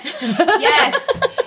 yes